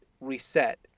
reset